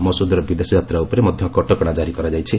ମସୁଦର ବିଦେଶ ଯାତ୍ରା ଉପରେ ମଧ୍ୟ କଟକଣା ଜାରି କରାଯାଇଛି